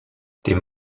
dem